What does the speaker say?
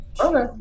Okay